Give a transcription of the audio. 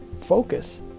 focus